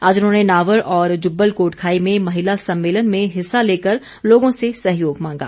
आज उन्होंने नावर और जुब्बल कोटखाई में महिला सम्मेलन में हिस्सा लेकर लोगों से सहयोग मांगा